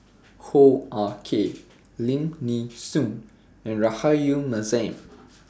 Hoo Ah Kay Lim Nee Soon and Rahayu Mahzam